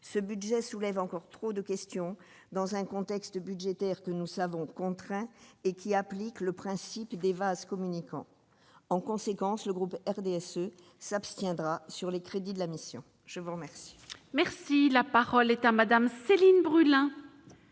ce budget soulève encore trop de questions dans un contexte budgétaire que nous savons, contraint et qui applique le principe des vases communicants, en conséquence, le groupe RDSE s'abstiendra sur les crédits de la mission, je vous remercie.